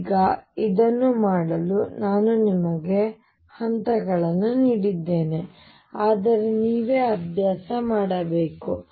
ಈಗ ಇದನ್ನು ಮಾಡಲು ನಾನು ನಿಮಗೆ ಹಂತಗಳನ್ನು ನೀಡಿದ್ದೇನೆ ಅದನ್ನು ನೀವೇ ಅಭ್ಯಾಸ ಮಾಡಬೇಕು